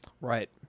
Right